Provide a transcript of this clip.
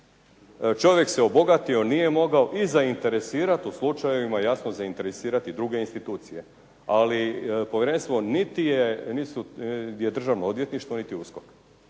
čovjek se obogatio, nije mogao i zainteresirati u slučajevima jasno zainteresirati i druge institucije. Ali povjerenstvo niti je državno odvjetništvo niti USKOK.